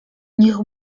niech